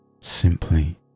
simply